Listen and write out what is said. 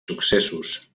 successos